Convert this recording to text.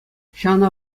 ҫавна